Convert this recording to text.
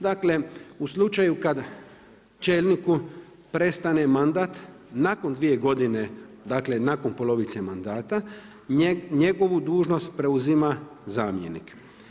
Dakle, u slučaju kad čelniku prestane mandat nakon dvije godine, dakle nakon polovice mandata njegovu dužnost preuzima zamjenik.